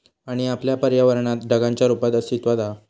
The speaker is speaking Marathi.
पाणी आपल्या पर्यावरणात ढगांच्या रुपात अस्तित्त्वात हा